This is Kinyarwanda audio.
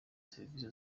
serivisi